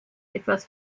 etwas